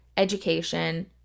education